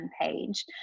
page